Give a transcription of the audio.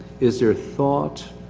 is there thought,